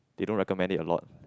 they don't recommend it a lot